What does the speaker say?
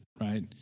right